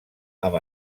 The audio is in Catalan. amb